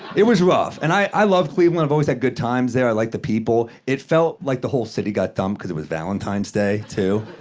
it was rough, and i love cleveland. i've always had good times there. i like the people. it felt like the whole city got dumped because it was valentine's day, too.